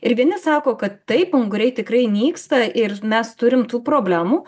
ir vieni sako kad taip unguriai tikrai nyksta ir mes turim tų problemų